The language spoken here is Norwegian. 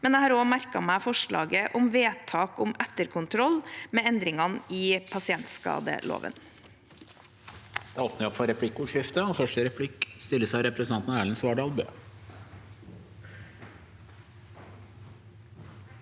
men jeg har også merket meg forslaget om vedtak om etterkontroll med endringene i pasientskadeloven.